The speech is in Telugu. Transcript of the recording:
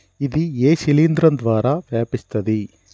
ఇది ఏ శిలింద్రం ద్వారా వ్యాపిస్తది?